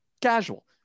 casual